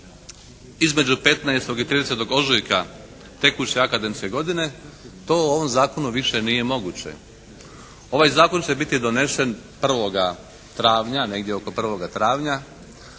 između 15. i 30. ožujka tekuće akademske godine, to u ovom zakonu više nije moguće. Ovaj zakon će biti donesen 1. travnja, negdje oko 1. travnja